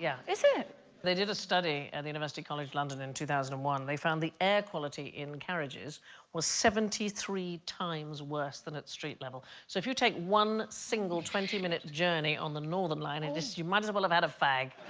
yeah, is it they did a study at the university college london in two thousand and one? they found the air quality in carriages was seventy three times worse than its street level so if you take one single twenty minutes journey on the northern lining this is you might as well have had a fag